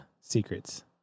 secrets